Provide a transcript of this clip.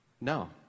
No